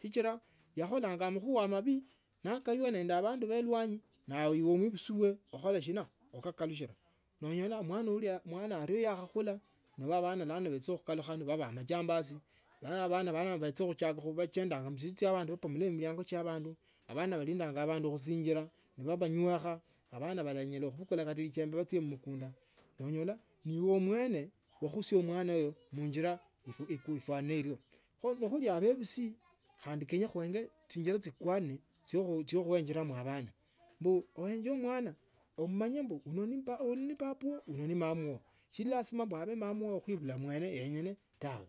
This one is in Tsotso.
Sichila yakholanga amakhuwa mabii naakwaya nende abandu belwanyi neya ulibwa yakakalusia nonyola omwana ario yakhakhula kho bulano bana balakaluhi babeye amajambazi bulane bana balakulakho babe majambazi bana bachakhuchiaka khubachendanga mchinzu cha bandu babomola miliango chia abandu, abandu balindilanga bandu khusinjila enda banywekha abana banyala khubukula kaga lijembe bachie mumukunda nonyola niwe mwene ukhusia mwana uyo munjira ifwa enyo kho nakhuli abebusi khandi kenyekhananga ohinyila chikwame chyo khaenjelamo bana mbu uenge mwana ummanye mbu huyu ne papa uyo ne mama uo sichila si lasima ibe mama wakhuibula yenyene tawe,